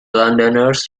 londoners